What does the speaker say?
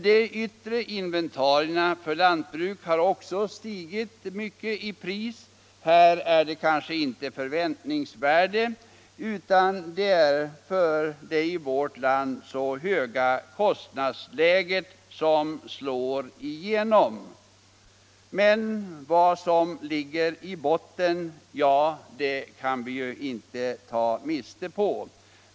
De yttre inventarierna för ett lantbruk har också stigit i pris. Här är det inte fråga om förväntningsvärde, utan det är vårt lands höga kostnadsläge som slår igenom. Men vad som ligger i botten kan ingen ta miste på.